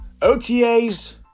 OTAs